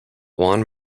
juan